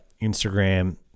Instagram